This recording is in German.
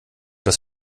das